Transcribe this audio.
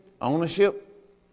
ownership